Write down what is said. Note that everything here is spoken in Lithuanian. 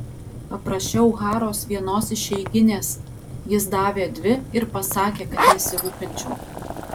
paprašiau haros vienos išeiginės jis davė dvi ir pasakė kad nesirūpinčiau